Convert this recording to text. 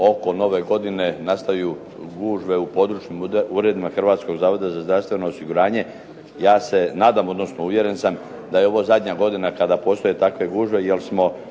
oko nove godine nastaju gužve u područnim uredima Hrvatskog zavoda za zdravstveno osiguranje. Ja se nadam, odnosno uvjeren sam da je ovo zadnja godina kada postoje takve gužve,